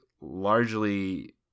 largely